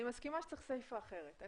אני מסכימה שצריך סיפה אחרת.